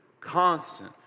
constant